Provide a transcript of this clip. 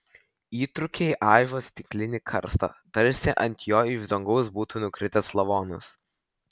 įtrūkiai aižo stiklinį karstą tarsi ant jo iš dangaus būtų nukritęs lavonas